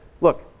look